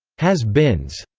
has-beens,